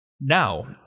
Now